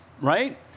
right